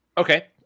Okay